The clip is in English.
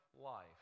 life